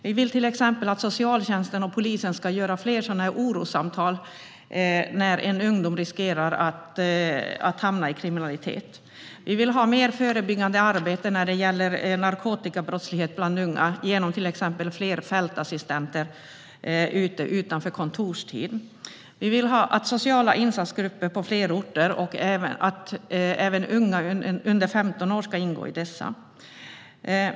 Vi vill till exempel att socialtjänsten och polisen ska hålla fler orossamtal när en ungdom riskerar att hamna i kriminalitet. Vi vill ha mer förebyggande arbete när det gäller narkotikabrottslighet bland unga, till exempel genom fler fältassistenter i tjänst utanför kontorstid. Vi vill ha sociala insatsgrupper på fler orter och att även unga under 15 år ska ingå i dessa.